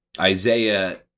Isaiah